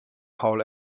paul